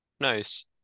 Nice